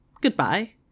Goodbye